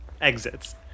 exits